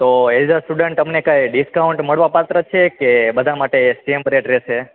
O as a student અમને કંઈ discount મળવા પાત્ર છે કે બધાં માટે સેમ રેટ રહેશે